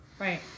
Right